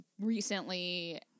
recently